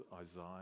Isaiah